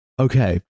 Okay